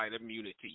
immunity